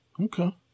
Okay